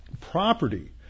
property